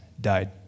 died